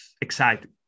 excited